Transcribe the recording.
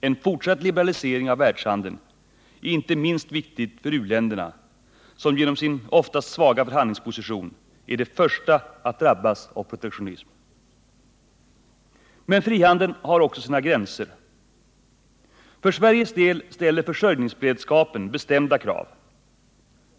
En fortsatt liberalisering av världshandeln är inte minst viktig för u-länderna, som genom sin oftast svaga förhandlingsposition är de första att drabbas av protektionism. Men frihandeln har också sina gränser. För Sveriges del ställer försörjningsberedskapen bestämda krav.